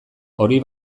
hori